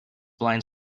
blind